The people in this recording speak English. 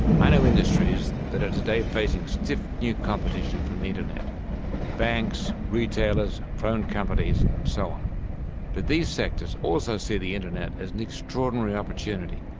i know industries that are today facing stiff new competition from the internet banks, retailers, phone companies, and so on. but these sectors also see the internet as an extraordinary opportunity.